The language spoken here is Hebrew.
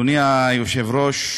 אדוני היושב-ראש,